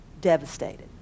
devastated